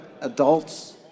adults